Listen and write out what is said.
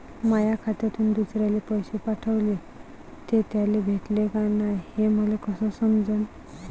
माया खात्यातून दुसऱ्याले पैसे पाठवले, ते त्याले भेटले का नाय हे मले कस समजन?